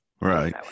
Right